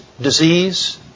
disease